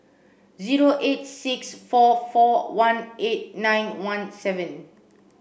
zero eight six four four one eight nine one seven